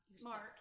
Mark